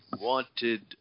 wanted